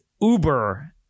Uber